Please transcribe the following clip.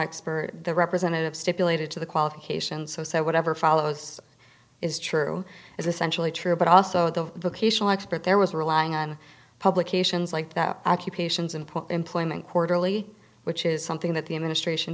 expert the representative stipulated to the qualifications so said whatever follows is true is essentially true but also the vocational expert there was relying on publications like that occupations in point employment quarterly which is something that the administration